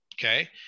Okay